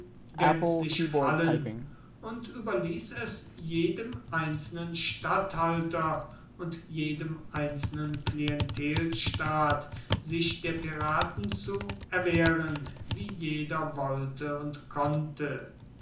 gänzlich fallen und überließ es jedem einzelnen statthalter und jedem einzelnen klientelstaat sich der piraten zu erwehren wie jeder wollte und konnte